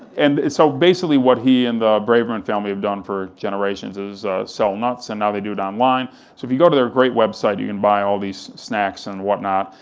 and so basically what he and braverman family had done for generations is sell nuts, and now they do it online, so if you go to their great website, you can buy all these snacks and whatnot,